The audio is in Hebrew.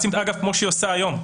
כמו שהיא עושה היום.